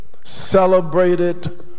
celebrated